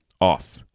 off